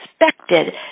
expected